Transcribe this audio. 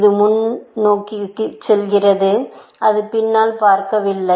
இது முன் நோக்குகிறது அது பின்னால் பார்க்கவில்லை